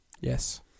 Yes